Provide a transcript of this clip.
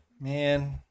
Man